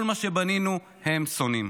כל מה שבנינו הם שונאים.